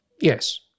yes